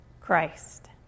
Christ